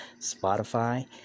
Spotify